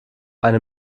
eine